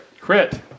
Crit